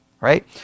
Right